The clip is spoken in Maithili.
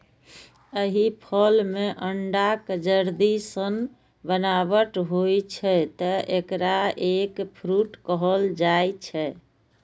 एहि फल मे अंडाक जर्दी सन बनावट होइ छै, तें एकरा एग फ्रूट कहल जाइ छै